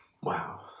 Wow